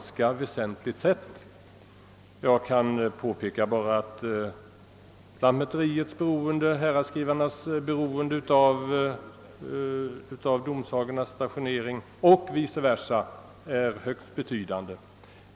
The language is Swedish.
Så t.ex. är lantmäteriets och häradsskrivarnas beroende av domsagornas stationering högst betydande.